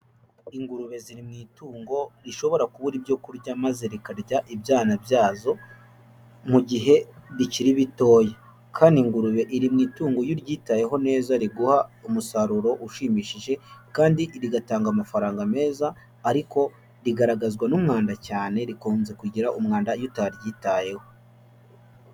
Ingurube ziri mu itungo rishobora kubura ibyo kurya maze rikarya ibyana byazo mu gihe bikiri bitoya, kandi ingurube iri mu itungo iyo uryitayeho neza riguha umusaruro ushimishije kandi igatanga amafaranga meza ariko rigaragazwa n'umwanda cyane, rikunze kugira umwanda iyo utaryitayeho.